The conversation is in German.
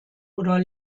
oder